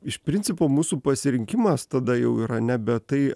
iš principo mūsų pasirinkimas tada jau yra nebe tai